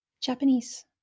Japanese